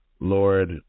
Lord